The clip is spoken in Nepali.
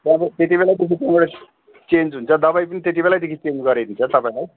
दबाई त्यति बेलादेखि चेन्ज हुन्छ दबाई पनि त्यति बेलैदेखि चेन्ज गराइदिन्छ तपाईँलाई